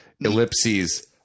ellipses